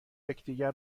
یکدیگر